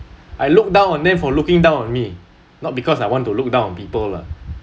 I look down on them for looking down on me not because I want to look down on people lah